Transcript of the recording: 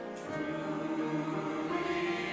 truly